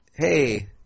hey